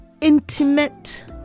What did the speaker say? intimate